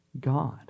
God